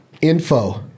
info